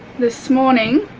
this morning,